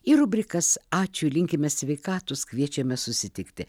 į rubrikas ačiū linkime sveikatos kviečiame susitikti